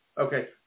Okay